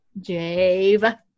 jave